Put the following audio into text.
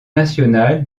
national